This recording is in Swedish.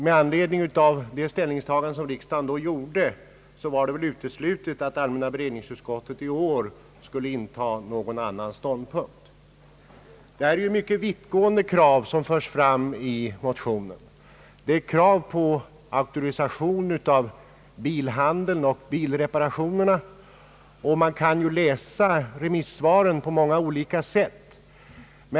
Med hänsyn till det ställningstagande som riksdagen då gjorde var det uteslutet att allmänna beredningsutskottet i år skulle inta någon annan ståndpunkt. Det är mycket vittgående krav som förs fram i motionen, nämligen krav på auktorisation av bilhandeln och bilreparationerna. Remissvaren kan ju läsas på många olika sätt.